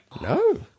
No